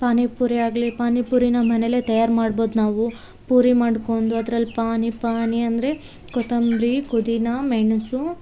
ಪಾನಿಪೂರಿ ಆಗಲಿ ಪಾನಿಪೂರಿ ಮನೇಲೇ ತಯಾರು ಮಾಡ್ಬೋದು ನಾವು ಪೂರಿ ಮಾಡ್ಕೊಂಡು ಅದ್ರಲ್ಲಿ ಪಾನಿ ಪಾನಿ ಅಂದರೆ ಕೊತ್ತಂಬರಿ ಪುದಿನ ಮೆಣಸು